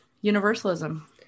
universalism